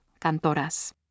Cantoras